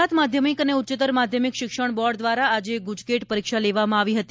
ગુજરાત માધ્યમિક અને ઉચ્ચત્તર માધ્યમિક શિક્ષણ બોર્ડ દ્વારા આજે ગુજકેટ પરીક્ષા લેવામાં આવી હતી